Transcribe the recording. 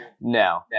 No